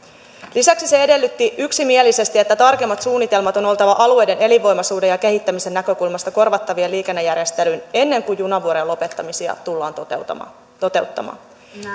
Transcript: lisäksi se edellytti yksimielisesti että on on oltava alueiden elinvoimaisuuden ja kehittämisen näkökulmasta tarkemmat suunnitelmat korvattavista liikennejärjestelyistä ennen kuin junavuorojen lopettamisia tullaan toteuttamaan